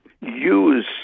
use